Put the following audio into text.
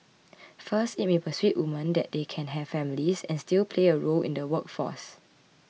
first it may persuade women that they can have families and still play a role in the workforce